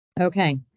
Okay